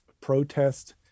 protest